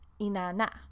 inana